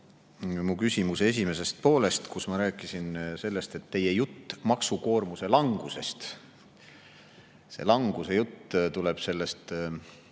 mu küsimuse esimesest poolest, kus ma rääkisin sellest, et teie jutt maksukoormuse langusest, see langusejutt, tuleb sellest